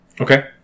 Okay